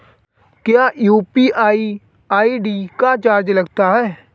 क्या UPI ID का charge लगता है?